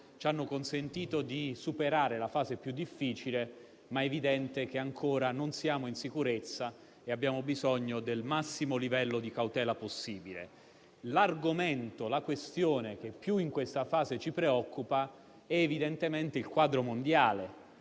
ci hanno consentito di superare la fase più difficile, ma è evidente che ancora non siamo in sicurezza e che abbiamo bisogno del massimo livello di cautela possibile. L'argomento, la questione, che più in questa fase ci preoccupa, evidentemente, è il quadro mondiale.